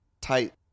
tight